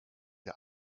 der